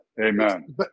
amen